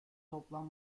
toplam